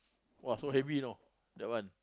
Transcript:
!wah! so heavy you know that one